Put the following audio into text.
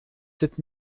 sept